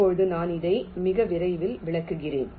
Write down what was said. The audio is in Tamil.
இப்போது நான் இதை மிக விரைவில் விளக்குகிறேன்